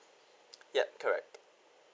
yup correct